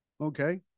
Okay